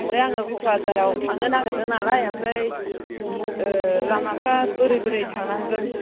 आमफ्राय आङो कक्राझाराव थांनो नागिरदों नालाय आमफ्राय लामाफ्रा बोरै बोरै थांनांगोन